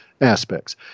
aspects